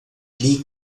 lee